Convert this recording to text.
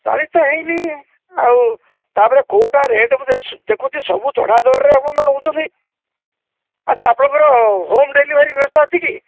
ଚାଳିଶ ତ ହେଇନି ଆଉ ତା'ପରେ କେଉଁଟା ରେଟ୍ ମୁଁ ଦେଖୁଛି ସବୁ ଚଢ଼ା ଦରରେ ଆପଣ ତ ନେଉଛନ୍ତି ଅଚ୍ଛା ଆପଣଙ୍କର ହୋମ୍ ଡେଲିଭରି ବ୍ୟବସ୍ଥା ଅଛି କି